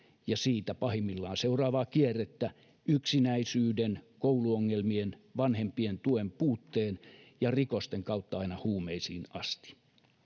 ja siitä pahimmillaan seuraavaa kierrettä yksinäisyyden kouluongelmien vanhempien tuen puutteen ja rikosten kautta aina huumeisiin asti